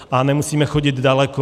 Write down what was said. A nemusíme chodit daleko.